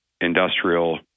industrial